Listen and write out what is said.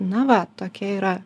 na va tokia yra